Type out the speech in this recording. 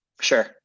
Sure